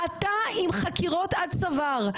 אתה עם חקירות עד צוואר,